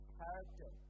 character